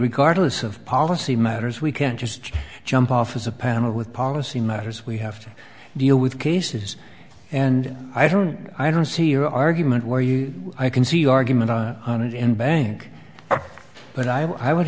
regardless of policy matters we can't just jump off as a panel with policy matters we have to deal with cases and i don't i don't see your argument where you i can see argument on it in bank but i would